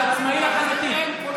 עצמאי לחלוטין.